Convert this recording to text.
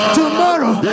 tomorrow